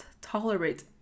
tolerate